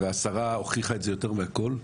והשרה הוכיחה את זה יותר מהכול,